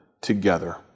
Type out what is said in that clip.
together